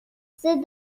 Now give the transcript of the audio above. صداها